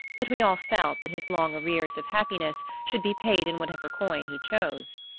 but we all felt that his long arrears of happiness should be paid in whatever coin he chose.